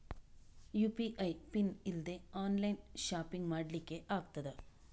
UPI PIN ಇಲ್ದೆ online shopping ಮಾಡ್ಲಿಕ್ಕೆ ಆಗ್ತದಾ?